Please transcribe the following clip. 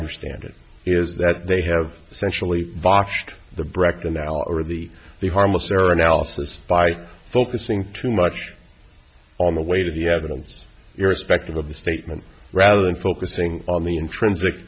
understand it is that they have essentially botched the breck the now or the the harmless error analysis by focusing too much on the weight of the evidence irrespective of the statement rather than focusing on the intrinsic